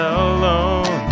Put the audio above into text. alone